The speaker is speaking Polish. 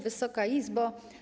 Wysoka Izbo!